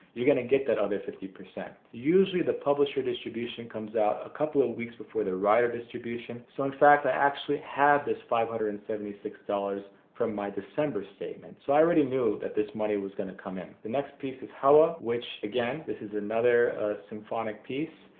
you're going to get that other fifty. usually the publisher distribution comes out a couple of weeks before the writer distribution, so in fact i actually had this five hundred and seventy six dollars from my december statement so i already knew that this money was going to come in. the next piece is hawa, which again, this is another symphonic piece.